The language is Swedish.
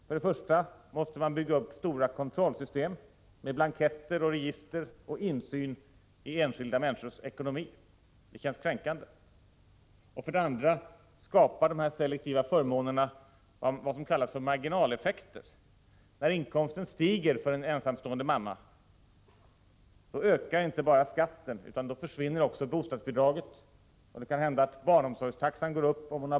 För det första måste man bygga upp stora kontrollsystem med blanketter och register och med insyn i enskilda människors ekonomi. Det känns kränkande. För det andra skapar de vad som kallas för marginaleffekter. När inkomsten stiger för en ensamstående mamma med ett barn, då ökar inte bara skatten, utan då försvinner också bostadsbidraget. Är barnet under sju år kan det också hända att barnomsorgstaxan går upp.